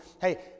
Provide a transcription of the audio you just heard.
Hey